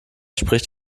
spricht